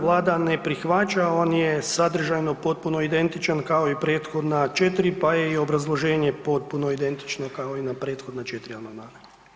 Vlada ne prihvaća on je sadržajno potpuno identičan kao i prethodna 4 pa je i obrazloženje potpuno identično kao i na prethodna 4 amandmana.